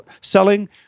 selling